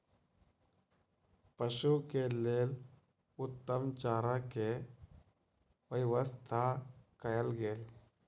पशु के लेल उत्तम चारा के व्यवस्था कयल गेल